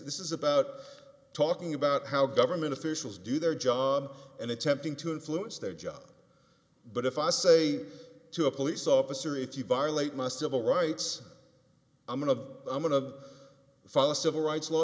this is about talking about how government officials do their job and attempting to influence their job but if i say to a police officer if you violate my civil rights i'm one of i'm going to file a civil rights law